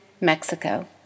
Mexico